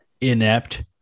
inept